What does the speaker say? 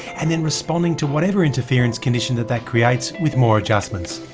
and then responding to whatever interference condition that that creates, with more adjustments.